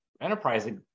Enterprise